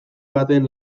baten